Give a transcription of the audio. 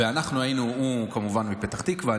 הוא כמובן מפתח תקווה,